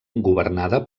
governada